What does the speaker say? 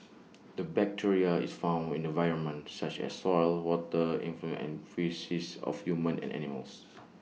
the bacteria is found in the environment such as soil water effluents the faeces of humans and animals